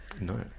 No